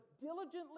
diligently